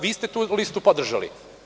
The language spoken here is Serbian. Vi ste tu listu podržali.